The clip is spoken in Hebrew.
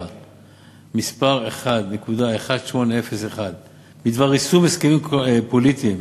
מס' 1.1801 בדבר יישום הסכמים פוליטיים